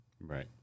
right